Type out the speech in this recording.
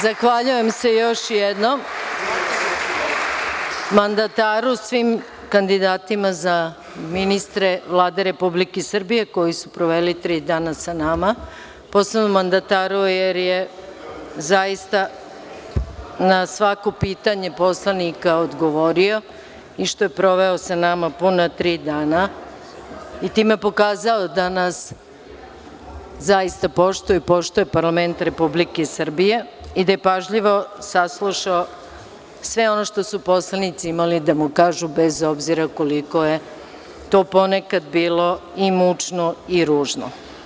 Zahvaljujem se još jednom mandataru, svim kandidatima za ministre Vlade Republike Srbije koji su proveli tri dana sa nama, posebno mandataru jer je zaista na svako pitanje poslanika odgovorio i što je proveo sa nama puna tri dana i time pokazao da nas zaista poštuje, poštuje parlament Republike Srbije i da je pažljivo saslušao sve ono što su poslanici imali da mu kažu bez obzira koliko je to ponekada bilo i mučno i ružno.